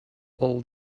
all